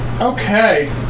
Okay